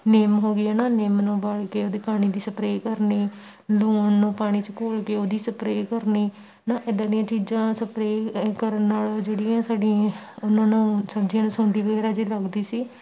ਨਿੰਮ ਹੋ ਗਈ ਹੈ ਨਾ ਨਿੰਮ ਨੂੰ ਉਬਾਲ ਕੇ ਉਹਦੇ ਪਾਣੀ ਦੀ ਸਪਰੇ ਕਰਨੀ ਲੂਣ ਨੂੰ ਪਾਣੀ 'ਚ ਘੋਲ ਕੇ ਉਹਦੀ ਸਪਰੇ ਕਰਨੀ ਨਾ ਇੱਦਾਂ ਦੀਆਂ ਚੀਜ਼ਾਂ ਸਪਰੇ ਕਰਨ ਨਾਲੋਂ ਜਿਹੜੀਆਂ ਸਾਡੀਆਂ ਉਹਨਾਂ ਨੂੰ ਸਬਜ਼ੀਆਂ ਨੂੰ ਸੁੰਡੀ ਵਗੈਰਾ ਜੇ ਲੱਗਦੀ ਸੀ